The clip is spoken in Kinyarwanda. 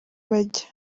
bajya